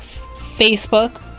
Facebook